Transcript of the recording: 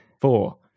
four